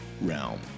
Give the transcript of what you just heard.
realm